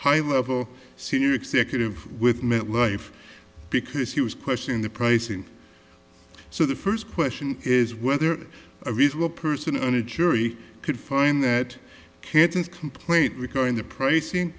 high level senior executive with met life because he was questioning the pricing so the first question is whether a reasonable person on a jury could find that can't complaint recurring the pricing